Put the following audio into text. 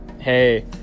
Hey